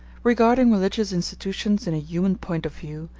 regarding religious institutions in a human point of view,